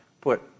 put